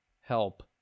help